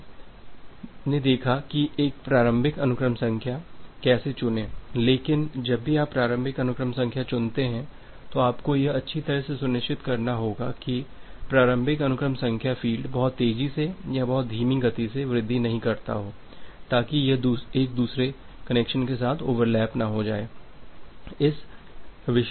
अब हमने देखा है कि एक प्रारंभिक अनुक्रम संख्या कैसे चुनें लेकिन जब भी आप प्रारंभिक अनुक्रम संख्या चुनते हैं तो आपको यह अच्छी तरह से सुनिश्चित करना होगा की प्रारंभिक अनुक्रम संख्या फ़ील्ड बहुत तेजी से या बहुत धीमी गति से वृद्धि नहीं करता हो ताकि यह दूसरे कनेक्शन के साथ ओवरलैप ना हो जाए